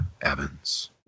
Evans